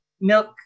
milk